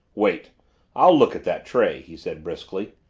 wait i'll look at that tray, he said briskly.